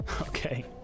Okay